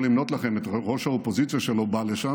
אני יכול למנות לכם את ראש האופוזיציה שלא בא לשם,